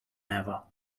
never